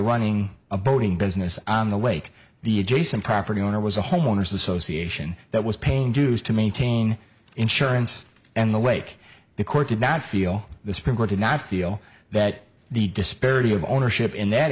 running a boating business on the lake the adjacent property owner was a homeowners association that was paying dues to maintain insurance and the lake the court did not feel the supreme court did not feel that the disparity of ownership in that